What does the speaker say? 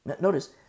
notice